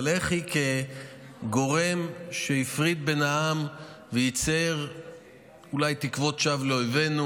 אבל איך היא כגורם שהפריד בין העם וייצר אולי תקוות שווא לאויבינו,